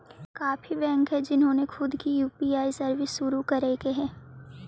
काफी बैंक हैं जिन्होंने खुद की यू.पी.आई सर्विस शुरू करकई हे